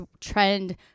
trend